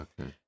okay